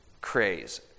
craze